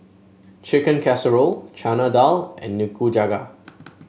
Chicken Casserole Chana Dal and Nikujaga